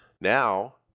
now